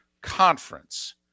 conference